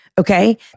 Okay